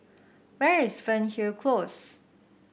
where is Fernhill Close